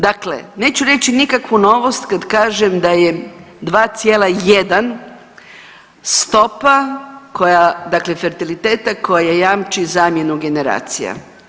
Dakle, neću reći nikakvu novost kad kažem da je 2,1 stopa koja dakle fertiliteta koja jamči zamjenu generacija.